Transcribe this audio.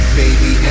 baby